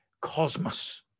cosmos